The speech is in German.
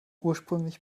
ursprünglich